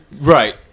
Right